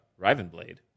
Rivenblade